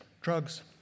drugs